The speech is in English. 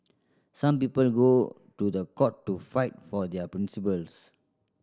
some people go to the court to fight for their principles